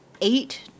eight